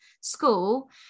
school